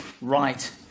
Right